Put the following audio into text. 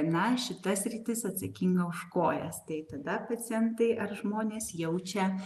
na šita sritis atsakinga už kojas tai tada pacientai ar žmonės jaučia